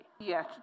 Yes